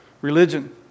religion